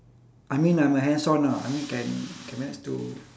I mean I'm a hands on ah I mean can can manage to